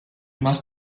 must